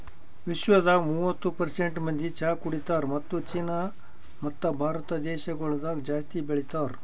ವಿಶ್ವದಾಗ್ ಮೂವತ್ತು ಪರ್ಸೆಂಟ್ ಮಂದಿ ಚಹಾ ಕುಡಿತಾರ್ ಮತ್ತ ಚೀನಾ ಮತ್ತ ಭಾರತ ದೇಶಗೊಳ್ದಾಗ್ ಜಾಸ್ತಿ ಚಹಾ ಬೆಳಿತಾರ್